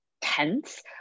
tense